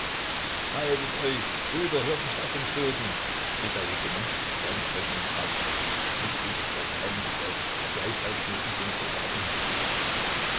haltet euch brüder hört nicht auf den schurken schrie der regimentsadjutant leutnant panow mitglied der geheimen gesellschaft der gleichfalls neben den soldaten herlief